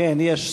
כן, יש.